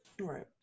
Right